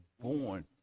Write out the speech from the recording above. born